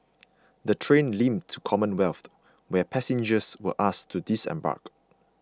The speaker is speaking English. the train limped to Commonwealth where passengers were asked to disembark